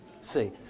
see